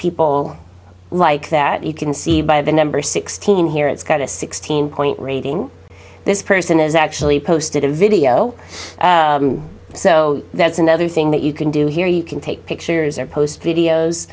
people like that you can see by the number sixteen here it's got a sixteen point rating this person is actually posted a video so that's another thing that you can do here you can take pictures or post videos